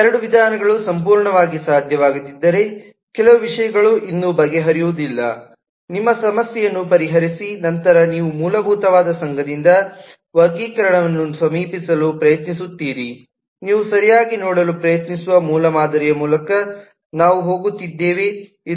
ಈ ಎರಡೂ ವಿಧಾನಗಳು ಸಂಪೂರ್ಣವಾಗಿ ಸಾಧ್ಯವಾಗದಿದ್ದರೆ ಕೆಲವು ವಿಷಯಗಳು ಇನ್ನೂ ಬಗೆಹರಿಯುವುದಿಲ್ಲ ನಿಮ್ಮ ಸಮಸ್ಯೆಯನ್ನು ಪರಿಹರಿಸಿ ನಂತರ ನೀವು ಮೂಲಭೂತವಾದ ಸಂಘದಿಂದ ವರ್ಗೀಕರಣವನ್ನು ಸಮೀಪಿಸಲು ಪ್ರಯತ್ನಿಸುತ್ತೀರಿ ನೀವು ಸರಿಯಾಗಿ ನೋಡಲು ಪ್ರಯತ್ನಿಸುವ ಮೂಲಮಾದರಿಯ ಮೂಲಕ ನಾವು ಹೋಗುತ್ತಿದ್ದೇವೆ